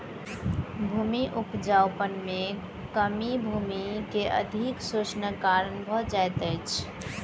भूमि उपजाऊपन में कमी भूमि के अधिक शोषणक कारण भ जाइत अछि